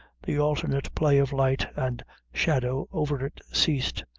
the alternate play of light and shadow over it ceased,